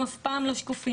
הם אף פעם לא שקופים,